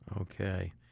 okay